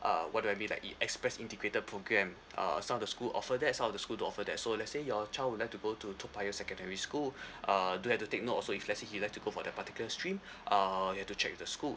uh what do I mean like it express integrated programme uh some of the school offer that some of the school don't offer that so let's say your child would like to go to toa payoh secondary school uh do have to take note also if let's say he like to go for that particular stream uh you have to check with the school